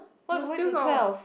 no still got